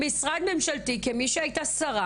משרד ממשלתי אני אומרת את זה כמי שהייתה שרה